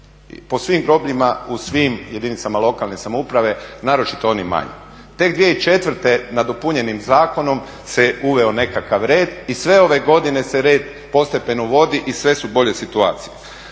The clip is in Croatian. po svim grobljima, u svim jedinicama lokalne samouprave naročito onim manjim. Tek 2004. nadopunjenim zakonom se uveo nekakav red i sve ove godine se red postepeno vodi i sve su bolje situacije.